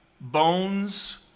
bones